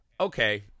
Okay